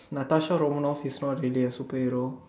Natasha Romanoff is not really a superhero